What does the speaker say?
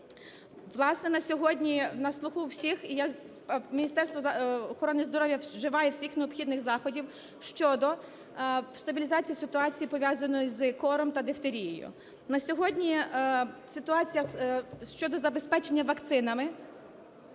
сьогодні на слуху у всіх, і Міністерство охорони здоров'я вживає всіх необхідних заходів щодо стабілізації ситуації, пов'язаної із кором та дифтерією. На сьогодні ситуація щодо забезпечення вакцинами